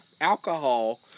alcohol